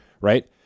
right